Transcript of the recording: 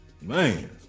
man